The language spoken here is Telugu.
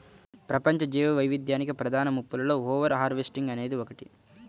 ప్రపంచ జీవవైవిధ్యానికి ప్రధాన ముప్పులలో ఓవర్ హార్వెస్టింగ్ అనేది ఒకటి